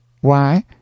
Why